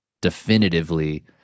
definitively